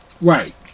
right